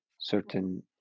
certain